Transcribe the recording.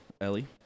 Ellie